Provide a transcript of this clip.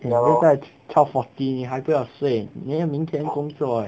you know 在 twelve forty 还不要睡 then 要明天工作 eh